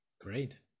Great